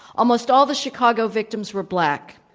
almost all the chicago victims were black.